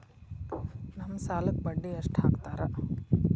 ನಮ್ ಸಾಲಕ್ ಬಡ್ಡಿ ಎಷ್ಟು ಹಾಕ್ತಾರ?